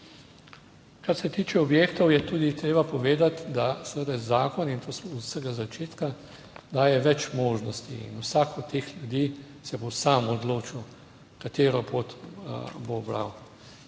Kar se tiče objektov, je tudi treba povedati, da seveda zakon, in to od vsega začetka, daje več možnosti in vsak od teh ljudi se bo sam odločil, katero pot bo ubral,